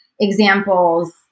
examples